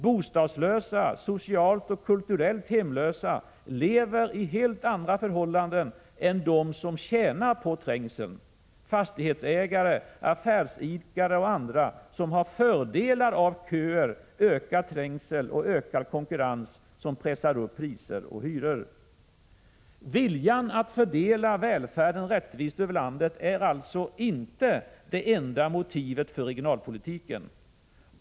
Bostadslösa, socialt och kulturellt hemlösa lever under helt andra förhållanden än de som tjänar på trängseln: fastighetsägare, affärsidkare och andra som har fördelar av köer, ökad trängsel och ökad konkurrens, som pressar upp priser och hyror. Viljan att fördela välfärden rättvist över landet är alltså inte det enda motivet för regionalpolitiken.